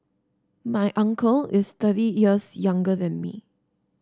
my uncle is thirty years younger than me